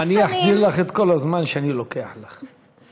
אחזיר לך את כל הזמן שאני לוקח לך.